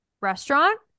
Restaurant